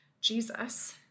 Jesus